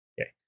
Okay